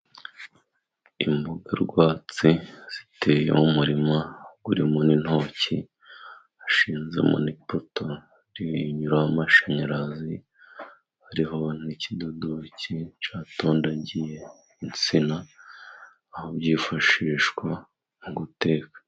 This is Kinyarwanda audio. Imboga rwatsi ziteye mu murima urimo n'intoki, hashinzemo n'ipoto inyuramo amashanyarazi. Hariho n'ikidodoki cyatondagiye insina, aho byifashishwa mu guteka.